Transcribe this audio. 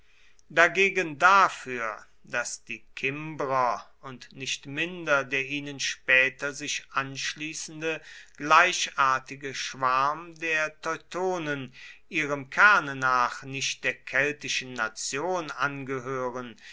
dagegen dafür daß die kimbrer und nicht minder der ihnen später sich anschließende gleichartige schwarm der teutonen ihrem kerne nach nicht der keltischen nation angehören